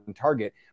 target